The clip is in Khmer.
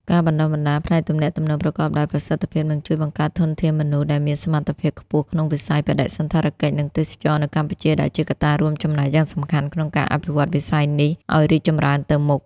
ការបណ្តុះបណ្តាលផ្នែកទំនាក់ទំនងប្រកបដោយប្រសិទ្ធភាពនឹងជួយបង្កើតធនធានមនុស្សដែលមានសមត្ថភាពខ្ពស់ក្នុងវិស័យបដិសណ្ឋារកិច្ច និងទេសចរណ៍នៅកម្ពុជា ដែលជាកត្តារួមចំណែកយ៉ាងសំខាន់ក្នុងការអភិវឌ្ឍវិស័យនេះ ឱ្យរីកចម្រើនទៅមុខ។